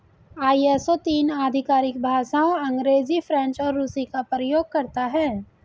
ISO तीन आधिकारिक भाषाओं अंग्रेजी, फ्रेंच और रूसी का प्रयोग करता है